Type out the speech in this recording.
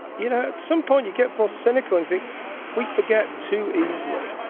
you know, at some point you get more cynical and think we forget too easily.